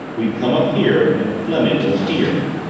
we'd come up here and fleming was here.